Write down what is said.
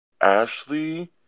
Ashley